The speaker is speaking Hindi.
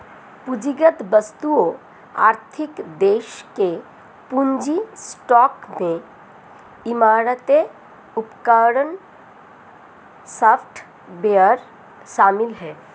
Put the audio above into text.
पूंजीगत वस्तुओं आर्थिक देश के पूंजी स्टॉक में इमारतें उपकरण सॉफ्टवेयर शामिल हैं